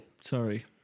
Sorry